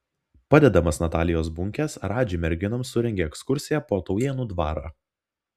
padedamas natalijos bunkės radži merginoms surengė ekskursiją po taujėnų dvarą